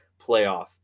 playoff